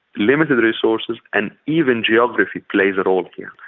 limited resources and even geography plays a role here.